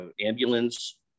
ambulance